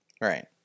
Right